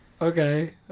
Okay